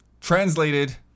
translated